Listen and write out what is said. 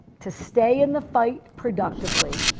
to stay in the fight productively,